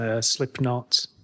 Slipknot